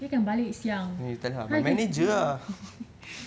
why you can't balik siang